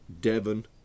Devon